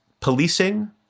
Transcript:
policing